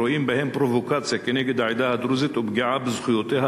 ורואים בהם פרובוקציה כנגד העדה הדרוזית ופגיעה בזכויותיה